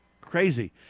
crazy